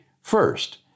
First